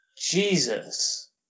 Jesus